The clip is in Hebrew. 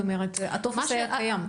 זאת אומרת, הטופס היה קיים.